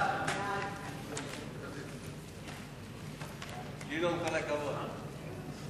ההצעה להעביר את הצעת חוק ההתייעלות הכלכלית (תיקוני